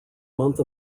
month